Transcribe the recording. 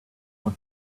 what